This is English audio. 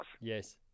Yes